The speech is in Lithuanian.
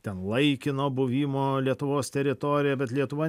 ten laikino buvimo lietuvos teritorijoj bet lietuva